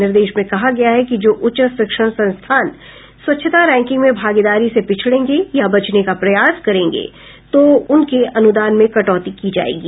निर्देश में कहा गया है कि जो उच्च शिक्षण संस्थान स्वच्छता रैंकिंग में भागीदारी से पिछड़ेंगे या बचने का प्रयास करेंगे तो उनके अनुदान में कटौती की जायेगी